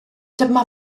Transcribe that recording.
dyma